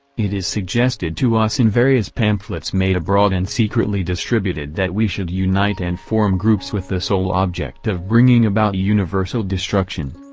it is suggested to us in various pamphlets made abroad and secretly distributed that we should unite and form groups with the sole object of bringing about universal destruction.